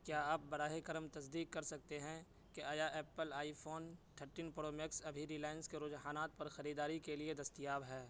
کیا آپ براہ کرم تصدیق کر سکتے ہیں کہ آیا Apple iPhone thirteen pro max ابھی ریلائنس کے رجحانات پر خریداری کے لیے دستیاب ہے